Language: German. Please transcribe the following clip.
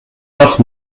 noch